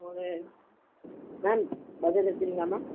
ஒரு மேம் பஜாஜ் எடுத்துக்கிறீங்களா மேம்